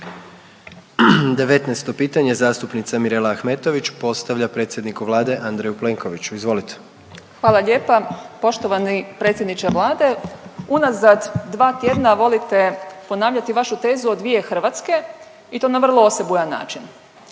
19. pitanje zastupnica Mirela Ahmetović postavlja predsjedniku Vlade Andreju Plenkoviću, izvolite. **Ahmetović, Mirela (SDP)** Hvala lijepa. Poštovani predsjedniče Vlade, unazad dva tjedna volite ponavljati vašu tezu o dvije Hrvatske i to na vrlo osebujan način.